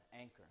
anchor